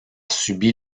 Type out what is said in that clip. subi